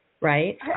Right